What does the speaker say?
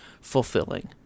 fulfilling